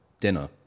dinner